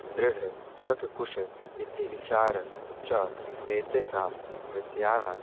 दृढं शककुश इति विचारः च एतेषां विषयाणाम्